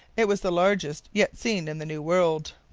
it was the largest yet seen in the new world.